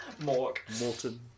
Morton